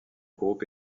groupe